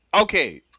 okay